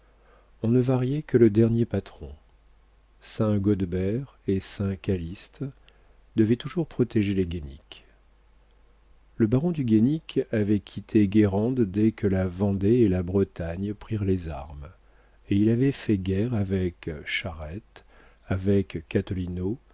on ne variait que le dernier patron saint gaudebert et saint calyste devaient toujours protéger les guénic le baron du guénic avait quitté guérande dès que la vendée et la bretagne prirent les armes et il avait fait la guerre avec charette avec